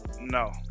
No